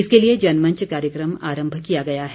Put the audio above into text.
इसके लिए जनमंच कार्यक्रम आरंभ किया गया है